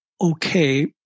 okay